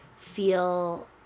feel